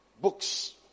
books